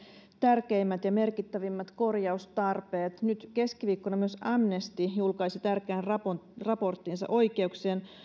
tärkeimmät ja merkittävimmät korjaustarpeet nyt keskiviikkona myös amnesty julkaisi tärkeän raporttinsa raporttinsa oikeuksien